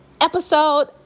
episode